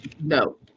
No